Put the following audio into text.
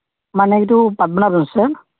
మా నేటివ్ పద్మనాధం సార్